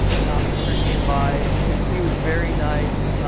an officer came by, and he was very nice,